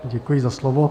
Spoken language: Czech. Děkuji za slovo.